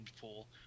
pool